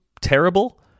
terrible